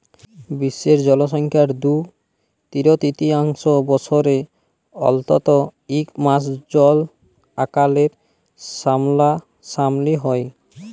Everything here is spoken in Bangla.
বিশ্বের জলসংখ্যার দু তিরতীয়াংশ বসরে অল্তত ইক মাস জল আকালের সামলাসামলি হ্যয়